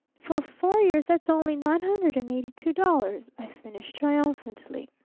for four years that's only nine hundred and eighty two i finished triumphantly.